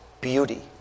beauty